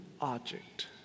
object